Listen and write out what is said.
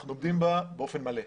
אנחנו עומדים בה באופן מלא.